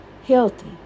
healthy